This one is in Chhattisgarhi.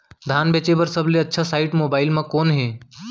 धान बेचे बर सबले अच्छा साइट मोबाइल म कोन हे?